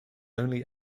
only